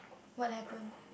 what happen